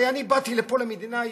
הרי אני באתי לפה למדינה היהודית.